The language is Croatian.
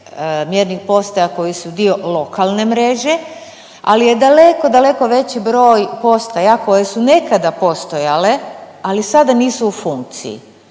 mjernih postaja koji su dio lokalne mreže, ali je daleko, daleko veći broj postaja koje su nekada postojale, ali sada nisu u funkciji.